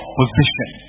position